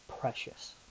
precious